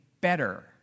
better